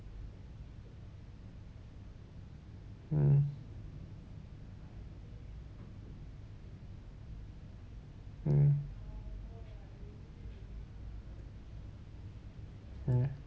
mm mm ya